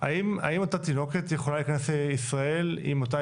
האם אותה תינוקת יכולה להיכנס לישראל עם אותה